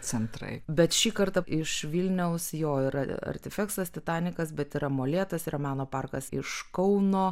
centrai bet šį kartą iš vilniaus jo yra artifeksas titanikas bet yra molėtuose yra meno parkas iš kauno